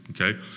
Okay